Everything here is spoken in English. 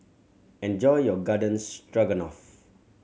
enjoy your Garden Stroganoff